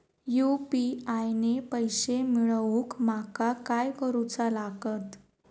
UPI ने पैशे मिळवूक माका काय करूचा लागात?